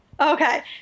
Okay